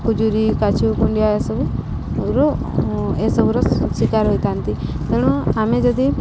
ଖୁଜୁରୀ କାଛୁ କୁଣ୍ଡିଆ ଏସବୁର ଏସବୁର ଶିକାର ହୋଇଥାନ୍ତି ତେଣୁ ଆମେ ଯଦି